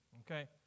Okay